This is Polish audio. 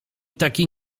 taki